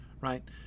right